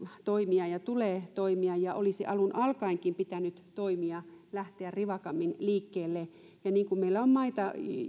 toimia ja tulee toimia ja olisi alun alkaenkin pitänyt toimia lähteä rivakammin liikkeelle meillä on maita